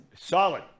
solid